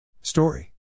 story